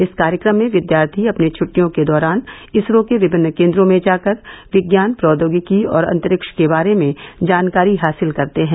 इस कार्यक्रम में विद्यार्थी अपनी छट्टियों के दौरान इसरो के विभिन्न केन्द्रों में जाकर विज्ञान प्रौद्योगिकी और अंतरिक्ष के बारे में जानकारी हासिल करते हैं